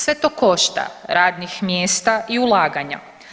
Sve to košta radnih mjesta i ulaganja.